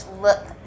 look